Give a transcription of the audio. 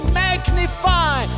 magnify